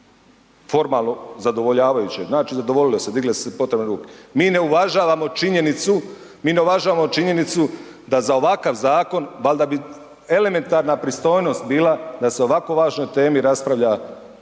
Formalno zadovoljavajuće, znači zadovoljilo se, digle su se potrebne ruke. Mi ne uvažavamo činjenicu, mi ne uvažavamo činjenicu da za ovakav zakona valjda bi elementarna pristojnost bila da se o ovako važnoj temi raspravlja na